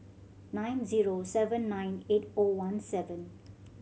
nine zero seven nine eight O one seven